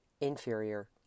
inferior